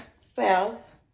South